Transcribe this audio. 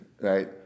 right